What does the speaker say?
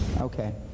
Okay